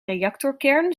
reactorkern